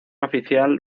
oficial